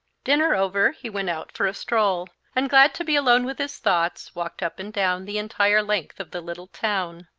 dinner over, he went out for a stroll, and, glad to be alone with his thoughts, walked up and down the entire length of the little town.